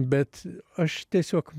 bet aš tiesiog